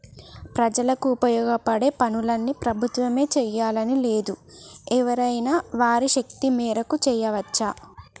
ప్రజలకు ఉపయోగపడే పనులన్నీ ప్రభుత్వమే చేయాలని లేదు ఎవరైనా వారి శక్తి మేరకు చేయవచ్చు